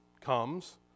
comes